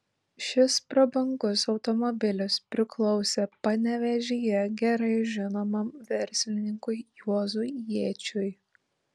šis prabangus automobilis priklausė panevėžyje gerai žinomam verslininkui juozui jėčiui